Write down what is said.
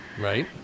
Right